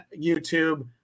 youtube